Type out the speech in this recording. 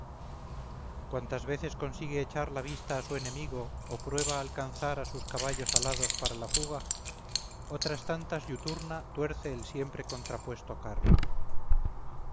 cuantas veces consigue echar la vista a su enemigo o prueba a alcanzar a sus caballos alados para la fuga otras tantas iuturna tuerce el siempre contrapuesto carro